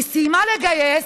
היא סיימה לגייס,